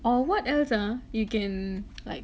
or what else ah you can like